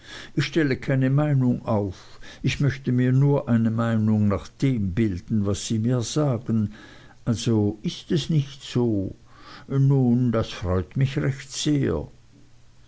ich stelle keine meinung auf ich möchte mir nur eine meinung nach dem bilden was sie mir sagen also ist es nicht so nun das freut mich recht sehr